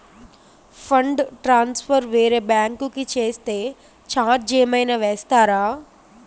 Fund transfer వేరే bank కి చేస్తే ఛార్జ్ ఏమైనా వేస్తారా?